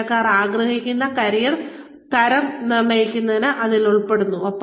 ജീവനക്കാർ ആഗ്രഹിക്കുന്ന കരിയർ തരം നിർണ്ണയിക്കുന്നത് ഇതിൽ ഉൾപ്പെടുന്നു